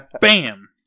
Bam